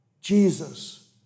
Jesus